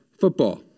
football